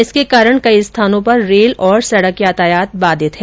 इसके कारण कई स्थानों पर रेल और सड़क यातायात बाधित है